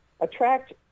attract